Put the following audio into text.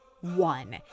one